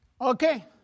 Okay